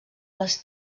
les